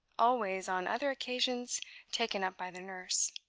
always on other occasions taken up by the nurse.